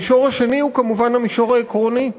המישור השני הוא, כמובן, המישור העקרוני.